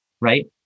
right